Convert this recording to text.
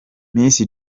miss